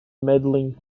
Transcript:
medaling